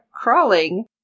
crawling